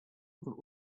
und